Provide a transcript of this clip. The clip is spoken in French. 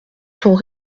sont